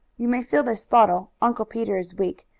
you may fill this bottle uncle peter is weak,